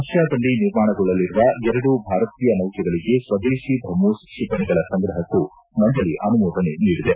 ರಷ್ಠಾದಲ್ಲಿ ನಿರ್ಮಾಣಗೊಳ್ಳಲಿರುವ ಎರಡು ಭಾರತೀಯ ನೌಕೆಗಳಿಗೆ ಸ್ವದೇಶಿ ಬ್ರಹ್ಮೋಸ್ ಕ್ಷಿಪಣಿಗಳ ಸಂಗ್ರಹಕ್ಕೂ ಮಂಡಳ ಅನುಮೋದನೆ ನೀಡಿದೆ